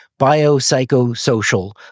biopsychosocial